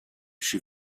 she